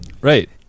Right